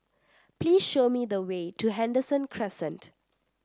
please show me the way to Henderson Crescent